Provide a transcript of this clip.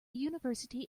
university